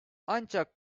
ancak